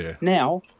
Now